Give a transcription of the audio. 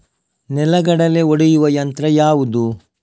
ನೆಲಗಡಲೆ ಒಡೆಯುವ ಯಂತ್ರ ಯಾವುದು?